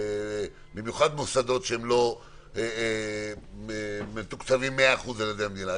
במיוחד במוסדות שלא מתוקצבים ב-100% על ידי המדינה.